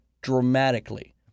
dramatically